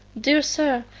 dear sir,